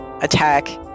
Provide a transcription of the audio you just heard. attack